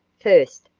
first,